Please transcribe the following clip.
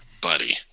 buddy